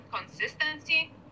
consistency